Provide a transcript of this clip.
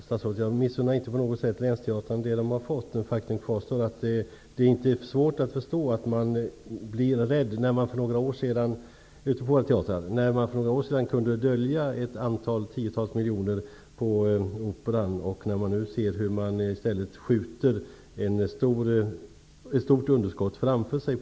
Herr talman! Jag missunnar inte på något sätt länsteatrarna vad de har fått. Men faktum kvarstår. Det är inte svårt att förstå att man blir rädd ute på länsteatrarna, när man för några år sedan kunde dölja flera tiotals miljoner på Operan. Vi kan nu se hur man på Dramaten skjuter ett stort underskott framför sig.